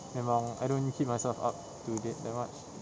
memang I don't keep myself up to date that much